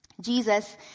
Jesus